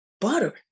butter